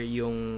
yung